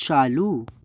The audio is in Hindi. चालू